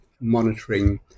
monitoring